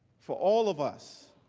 for all of us,